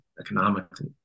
economically